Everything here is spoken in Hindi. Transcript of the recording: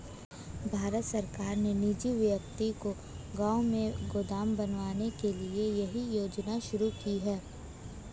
भारत सरकार ने निजी व्यक्ति को गांव में गोदाम बनवाने के लिए यह योजना शुरू की है